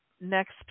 next